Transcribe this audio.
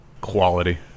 Quality